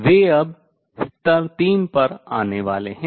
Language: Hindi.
वे अब स्तर 3 पर आने वाले हैं